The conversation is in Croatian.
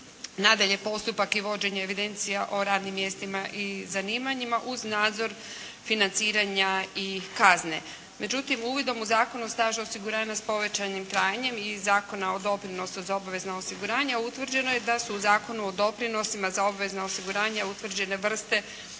nadalje postupak i vođenje evidencija o radnim mjestima i zanimanjima uz nadzor financiranja i kazne. Međutim, uvidom u Zakon o stažu osiguranja s povećanim trajanjem i Zakona o doprinosu za obvezna osiguranja utvrđeno je da su u Zakonu o doprinosima za obvezna osiguranja utvrđene vrste